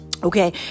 Okay